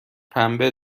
پنبه